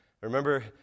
Remember